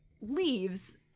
leaves